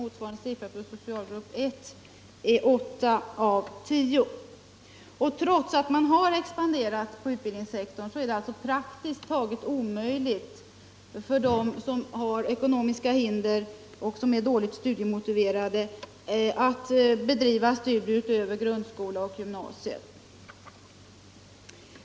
Motsvarande siffra för socialgrupp 1 är åtta av tio. Trots att utbildningssektorn expanderat är det praktiskt taget omöjligt för dem som har ekonomiska hinder och som är dåligt studiemotiverade att bedriva studier utöver grundskola och gymnasium.